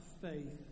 faith